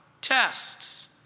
tests